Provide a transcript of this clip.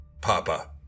Papa